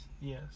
yes